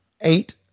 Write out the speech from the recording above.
eight